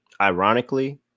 Ironically